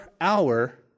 hour